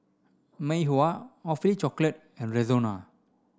Mei Hua Awfully Chocolate and Rexona